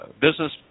business